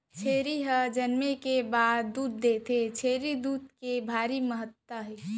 छेरी हर जनमे के बाद दूद देथे, छेरी दूद के भारी महत्ता हे